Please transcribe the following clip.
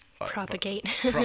propagate